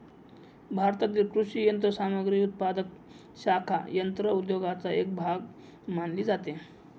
भारतातील कृषी यंत्रसामग्री उत्पादक शाखा यंत्र उद्योगाचा एक भाग मानली जाते